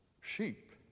sheep